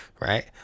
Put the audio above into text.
right